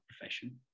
profession